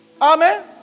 Amen